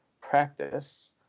practice